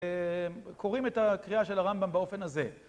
קוראים את הקריאה של הרמב״ם באופן הזה.